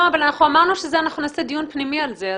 אנחנו אמרנו שנעשה דיון פנימי על זה,